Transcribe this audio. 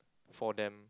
for them